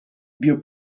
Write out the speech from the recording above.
vio